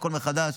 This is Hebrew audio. הכול מחדש.